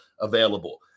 available